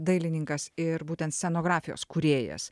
dailininkas ir būtent scenografijos kūrėjas